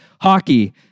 hockey